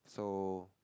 so